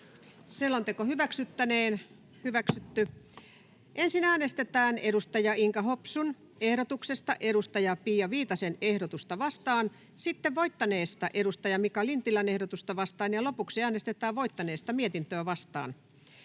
Selonteko ruotsiksi. Ensin äänestetään edustaja Inka Hopsun ehdotuksesta edustaja Pia Viitasen ehdotusta vastaan, sitten voittaneesta edustaja Mika Lintilän ehdotusta vastaan ja lopuksi äänestetään voittaneesta mietintöä vastaan.